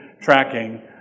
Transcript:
tracking